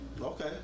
Okay